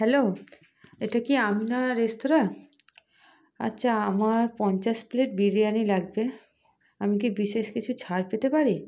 hello এটা কি Amina restaurant আচ্ছা আমার পঞ্চাশ প্লেট বিরিয়ানি লাগবে আমি কি বিশেষ কিছু ছাড় পেতে পারি